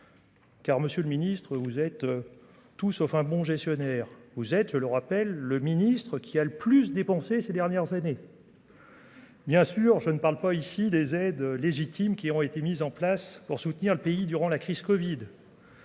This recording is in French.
Car, Monsieur le Ministre, vous êtes tout sauf un bon gestionnaire, vous êtes, je le rappelle le ministre, qui a le plus dépensé ces dernières années. Bien sûr, je ne parle pas ici des aides légitimes qui ont été mises en place pour soutenir le pays durant la crise Covid.